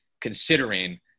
considering